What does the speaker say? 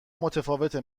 متفاوته